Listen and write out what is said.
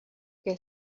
que